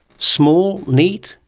small, neat,